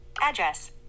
Address